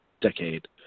decade